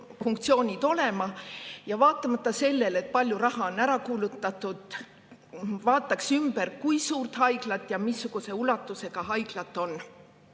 funktsioonid olema, ja vaatamata sellele, et palju raha on ära kulutatud, vaataks, kui suurt haiglat ja missuguse ulatusega haiglat on